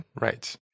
Right